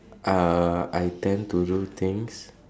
uh I tend to do things